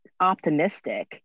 optimistic